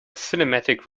cinematic